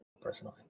personally